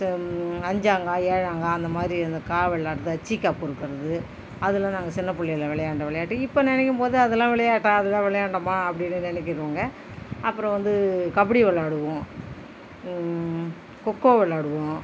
அஞ்சாங்கால் ஏழாங்கா அந்தமாதிரி வந்து கா விள்ளாடுறது ச்சிக்கா பொருக்கிறது அதெலாம் நாங்கள் சின்ன பிள்ளயில விளையான்ட விளையாட்டு இப்போ நினைக்கும் போது அதெலாம் விளையாட்ட அதெலாம் விளையான்டமா அப்படின்னு நினைக்கிறோங்க அப்புறம் வந்து கபடி விளாடுவோம் கோக்கோ விளாடுவோம்